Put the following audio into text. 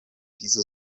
diese